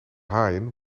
haaien